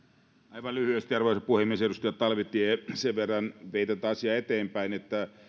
aivan lyhyesti edustaja talvitie sen verran vei tätä asiaa eteenpäin että